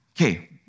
Okay